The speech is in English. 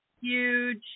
huge